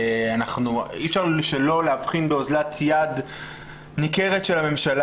אי אפשר שלא להבחין באזלת יד ניכרת של הממשלה